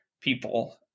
people